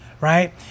Right